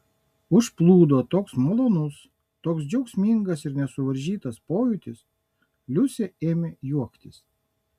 užplūdo toks malonus toks džiaugsmingas ir nesuvaržytas pojūtis liusė ėmė juoktis